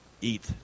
eat